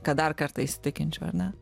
kad dar kartą įsitikinčiau ar ne